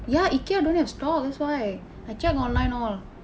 ya Ikea don't have stock that's why I check online all